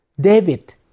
David